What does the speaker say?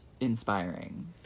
inspiring